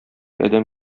әдәм